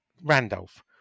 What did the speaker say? randolph